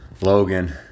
Logan